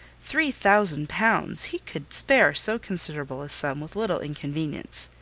three thousand pounds! he could spare so considerable a sum with little inconvenience.